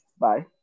Bye